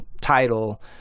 title